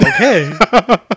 Okay